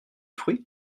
fruits